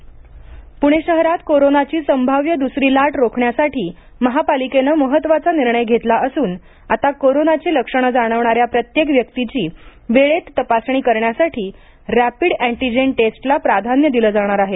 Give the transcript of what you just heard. corona महापालिका तयारी पुणे शहरात कोरोनाची संभाव्य दुसरी लाट रोखण्यासाठी महापालिकेनं महत्वाचा निर्णय घेतला असून आता कोरोनाची लक्षण जाणवणाऱ्या प्रत्येक व्यक्तीची वेळेत तपासणी करण्यासाठी रँपिड अँटिजेन टेस्टला प्राधान्य दिलं जाणार आहे